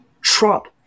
Trump